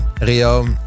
Rio